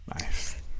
nice